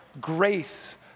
grace